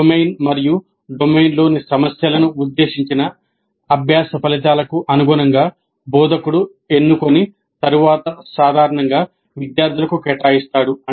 domain మరియు డొమైన్లోని సమస్యలను ఉద్దేశించిన అభ్యాస ఫలితాలకు అనుగుణంగా బోధకుడు ఎన్నుకొని తరువాత సాధారణంగా విద్యార్థులకు కేటాయిస్తాడు